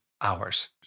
hours